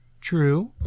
true